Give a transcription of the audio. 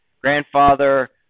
grandfather